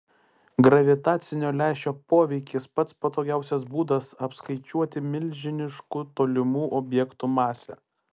gravitacinio lęšio poveikis pats patogiausias būdas apskaičiuoti milžiniškų tolimų objektų masę